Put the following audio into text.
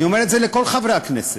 אני אומר את זה לכל חברי הכנסת.